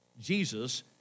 Jesus